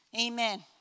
amen